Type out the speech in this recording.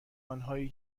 آنهایی